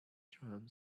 drum